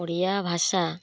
ଓଡ଼ିଆ ଭାଷା